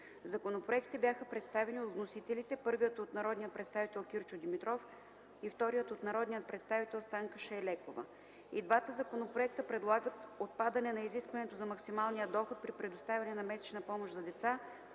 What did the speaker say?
Законопроектите бяха представени от вносителите – първият от народния представител Кирчо Димитров и вторият от народния представител Станка Шайлекова. И двата законопроекта предлагат отпадане на изискването за максималния доход при предоставяне на месечна помощ за деца,